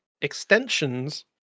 extensions